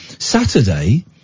Saturday